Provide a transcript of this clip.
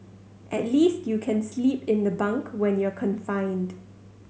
at least you can sleep in the bunk when you're confined